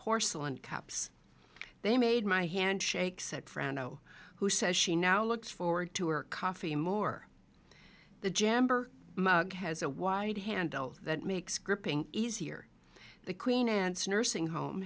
porcelain caps they made my hand shakes at friend o who says she now looks forward to her coffee more the jam mug has a wide handle that makes gripping easier the queen anne's nursing home